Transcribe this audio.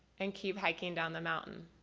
and keep hiking down the mountain.